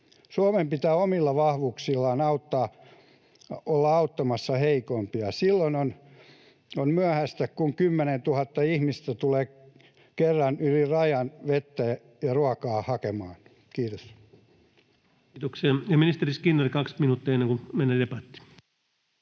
Suomen pitää omilla vahvuuksillaan olla auttamassa heikoimpia. Silloin on myöhäistä, kun 10 000 ihmistä tulee kerralla yli rajan vettä ja ruokaa hakemaan. — Kiitos. Kiitoksia. — Ja ministeri Skinnari, 2 minuuttia, ennen kuin mennään debattiin.